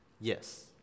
Yes